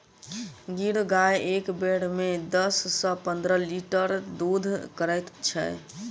गिर गाय एक बेर मे दस सॅ पंद्रह लीटर दूध करैत छै